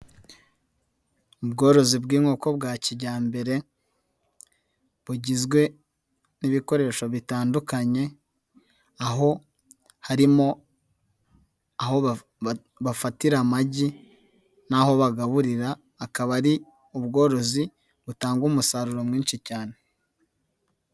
Ubworozi bw'inkoko bwa kijyambere, bugizwe n'ibikoresho bitandukanye, aho harimo aho bafatira amagi n'aho bagaburira, akaba ari ubworozi butanga umusaruro mwinshi cyane.